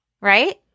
Right